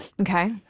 Okay